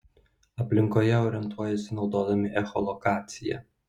aplinkoje orientuojasi naudodami echolokaciją